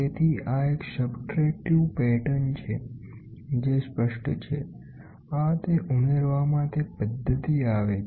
તેથી આએક subtractive pattern છે જે સ્પષ્ટ છે આ તે ઉમેરવામાં તે પદ્ધતિ આવે છે